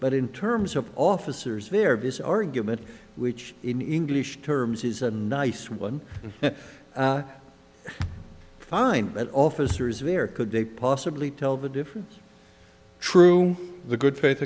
but in terms of officers very busy argument which in english terms is a nice one fine but officers there could they possibly tell the difference true the good faith